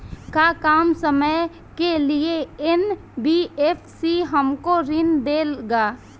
का कम समय के लिए एन.बी.एफ.सी हमको ऋण देगा?